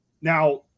Now